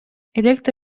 электр